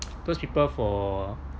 those people for